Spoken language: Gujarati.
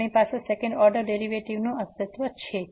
આપણી પાસે સેકન્ડ ઓર્ડર ડેરિવેટિવનું અસ્તિત્વ છે